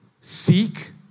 Seek